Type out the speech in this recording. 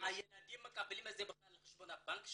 הילדים מקבלים את זה בכלל לחשבון הבנק שלהם,